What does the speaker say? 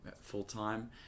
full-time